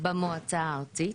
במועצה הארצית.